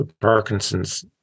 Parkinson's